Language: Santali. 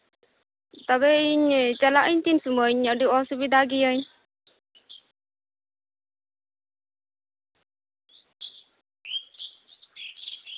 ᱛᱚᱵᱮ ᱤᱧ ᱪᱟᱞᱟᱜ ᱟᱹᱧ ᱛᱤᱱ ᱥᱚᱢᱚᱭ ᱟᱹᱰᱤ ᱚᱥᱩᱵᱤᱫᱷᱟᱜᱤᱭᱟᱹᱧ